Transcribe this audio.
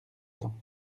temps